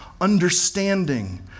understanding